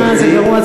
זה גרוע.